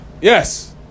yes